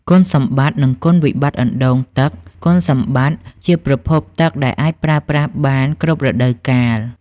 គុណសម្បត្តិ និងគុណវិបត្តិអណ្ដូងទឹកគុណសម្បត្តិ ជាប្រភពទឹកដែលអាចប្រើប្រាស់បានគ្រប់រដូវកាល។